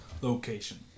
location